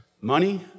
money